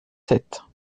sept